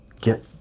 Get